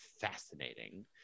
fascinating